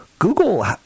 Google